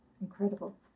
Incredible